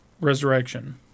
Resurrection